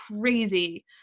crazy